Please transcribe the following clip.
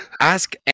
Ask